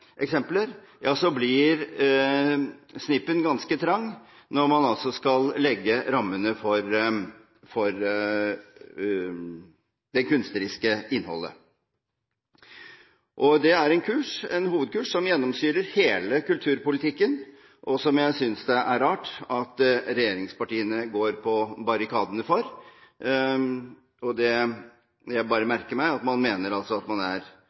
blir snippen ganske trang når man skal legge rammene for det kunstneriske innholdet. Dette er en hovedkurs som gjennomsyrer hele kulturpolitikken, og som jeg synes det er rart at regjeringspartiene går på barrikadene for. Jeg bare merker meg at man mener at man er